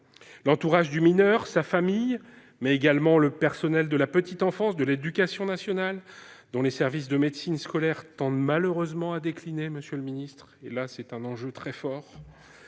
L'entourage du mineur, sa famille, mais également le personnel de la petite enfance, de l'éducation nationale- les services de médecine scolaire tendent malheureusement à décliner, monsieur le secrétaire d'État -,